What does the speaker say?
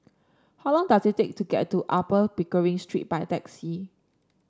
how long does it take to get to Upper Pickering Street by taxi